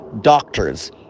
Doctors